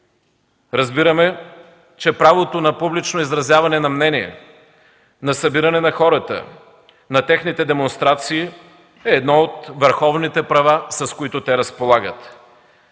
Разбираме, че правото на публично изразвяване на мнение, на събиране на хората, на техните демонстрации, е едно от върховните права, с които те разполагат.